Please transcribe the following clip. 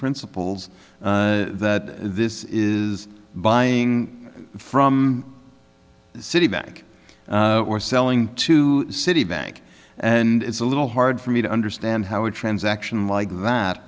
principles that this is buying from citibank we're selling to citibank and it's a little hard for me to understand how a transaction like that